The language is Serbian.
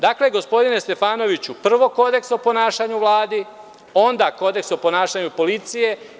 Dakle, gospodine Stefanoviću, prvo kodeks o ponašanju u Vladi, onda kodeks o ponašanju policije.